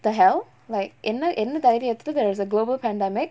the hell like என்ன என்ன தைரியத்துல:enna enna thairiyathula there is a global pandemic